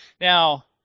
Now